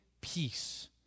peace